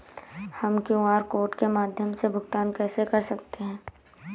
हम QR code के माध्यम से भुगतान कैसे कर सकते हैं?